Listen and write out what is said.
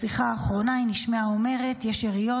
בשיחה האחרונה היא נשמעה אומרת: יש יריות,